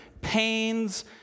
pains